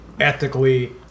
ethically